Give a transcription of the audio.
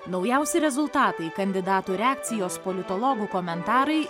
naujausi rezultatai kandidatų reakcijos politologų komentarai